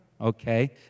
Okay